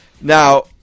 Now –